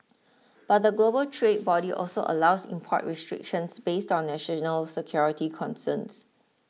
but the global trade body also allows import restrictions based on national security concerns